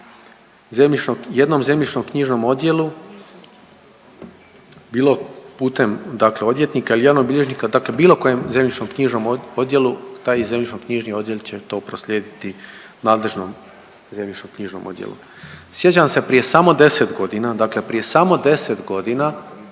jednom zemljišno-knjižnom odjelu bilo putem, dakle odvjetnika ili javnog bilježnika, dakle bilo kojem zemljišno-knjižnom odjelu taj zemljišno-knjižni odjel će to proslijediti nadležnom zemljišno-knjižnom odjelu. Sjećam se prije samo 10 godina,